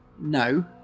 no